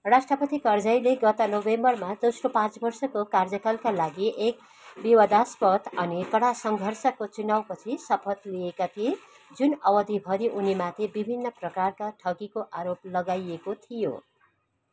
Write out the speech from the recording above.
राष्ट्रपति करजाईले गत नोभेम्बरमा दोस्रो पाँच वर्षको कार्यकालका लागि एक विवादास्पद अनि कडा सङ्घर्षको चुनाउपछि शपथ लिएका थिए जुन अवधिभरि उनीमाथि विभिन्न प्रकारका ठगीको आरोप लगाइएको थियो